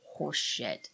horseshit